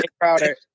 Crowder